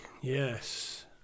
Yes